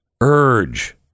urge